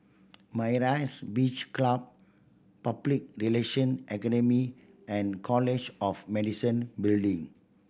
Myra's Beach Club Public Relation Academy and College of Medicine Building